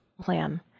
plan